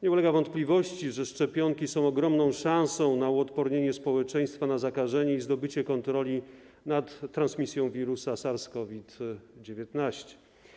Nie ulega wątpliwości, że szczepionki są ogromną szansą na uodpornienie społeczeństwa na zakażenie i uzyskanie kontroli nad transmisją wirusa SARS-Covid-19.